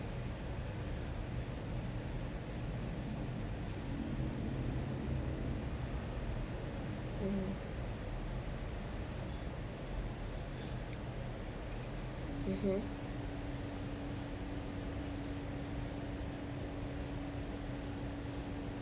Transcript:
mmhmm (uh huh)